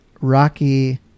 rocky